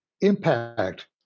impact